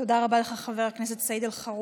תודה רבה לך, חבר הכנסת סעיד אלחרומי.